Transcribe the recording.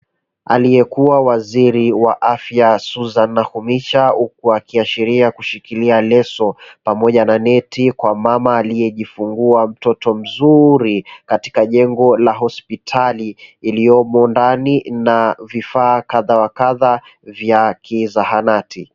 Aliyekuwa waziri wa afya Susan Nakhumicha, huku akiashiria kushikilia leso pamoja na neti kwa mama aliyejifungua mtoto mzuri katika jengo la hospitali iliyomo ndani na vifaa kadha wa kadha vya kizahanati.